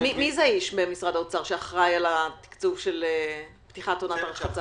מי האיש במשרד האוצר שאחראי על התקצוב של פתיחת עונת הרחצה?